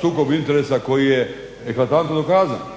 sukob interesa koji je eklatantno dokazan.